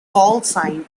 callsign